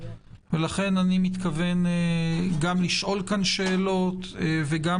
לכן אני מתכוון גם לשאול כאן שאלות וגם